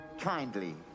kindly